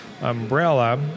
umbrella